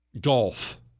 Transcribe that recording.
golf